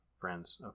friends